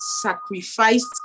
sacrificed